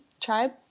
tribe